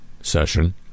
session